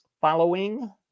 following